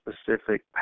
specific